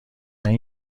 این